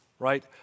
right